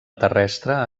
terrestre